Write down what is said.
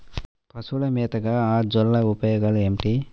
పశువుల మేతగా అజొల్ల ఉపయోగాలు ఏమిటి?